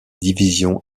division